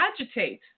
agitate